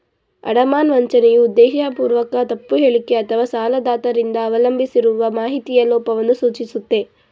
ಅಡಮಾನ ವಂಚನೆಯು ಉದ್ದೇಶಪೂರ್ವಕ ತಪ್ಪು ಹೇಳಿಕೆ ಅಥವಾಸಾಲದಾತ ರಿಂದ ಅವಲಂಬಿಸಿರುವ ಮಾಹಿತಿಯ ಲೋಪವನ್ನ ಸೂಚಿಸುತ್ತೆ